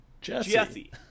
Jesse